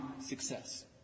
success